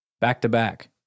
back-to-back